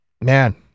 Man